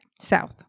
South